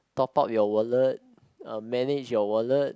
top up your wallet uh manage your wallet